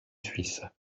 suisse